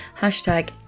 Hashtag